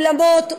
אולמות,